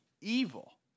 evil